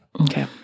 Okay